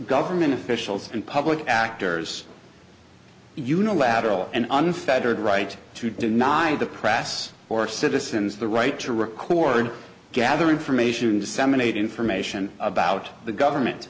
government officials and public actors unilateral and unfettered right to deny the press or citizens the right to record gather information and disseminate information about the government